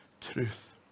truth